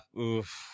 Oof